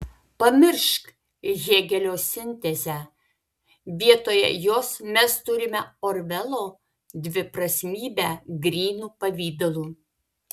pamiršk hėgelio sintezę vietoje jos mes turime orvelo dviprasmybę grynu pavidalu